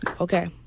Okay